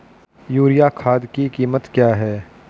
Urea खाद की कीमत क्या है?